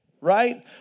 right